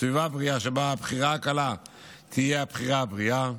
שבה הבחירה הקלה תהיה הבחירה הבריאה.